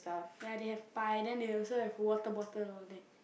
ya they have pie then they also have water bottle all that